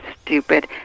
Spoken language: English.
stupid